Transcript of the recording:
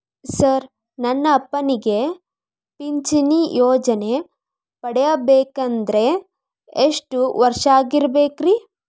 Sir ನನ್ನ ಅಪ್ಪನಿಗೆ ಪಿಂಚಿಣಿ ಯೋಜನೆ ಪಡೆಯಬೇಕಂದ್ರೆ ಎಷ್ಟು ವರ್ಷಾಗಿರಬೇಕ್ರಿ?